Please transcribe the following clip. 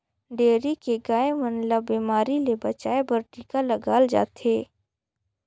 dairy के गाय मन ल बेमारी ले बचाये बर टिका लगाल जाथे